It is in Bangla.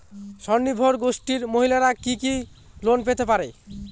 স্বনির্ভর গোষ্ঠীর মহিলারা কি কি ঋণ পেতে পারে?